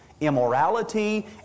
immorality